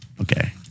Okay